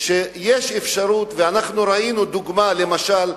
שיש אפשרות, ואנחנו ראינו דוגמה, למשל,